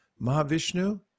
Mahavishnu